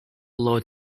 load